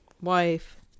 wife